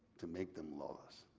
to make them love us,